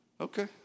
okay